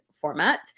format